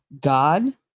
God